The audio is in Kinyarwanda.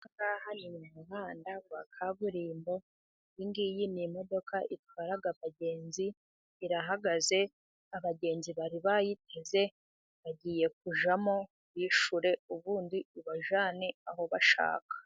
Ahangaha ni mu muhanda wa kaburimbo, iyi ngiyi ni imodoka itwarara abagenzi, irahagaze, abagenzi bari bayiteze bagiye kujyamo, bishyure, ubundi ibajyane aho bashaka.